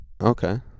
Okay